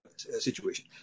Situation